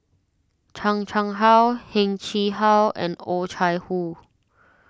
Chan Chang How Heng Chee How and Oh Chai Hoo